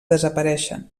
desapareixen